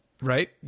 Right